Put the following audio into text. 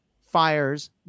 fires